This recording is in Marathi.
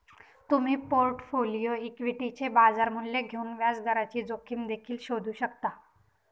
तुम्ही पोर्टफोलिओ इक्विटीचे बाजार मूल्य घेऊन व्याजदराची जोखीम देखील शोधू शकता